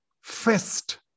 fest